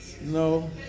No